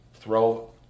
Throw